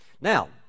Now